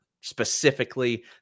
Specifically